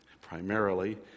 primarily